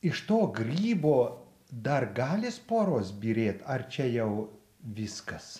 iš to grybo dar gali sporos byrėt ar čia jau viskas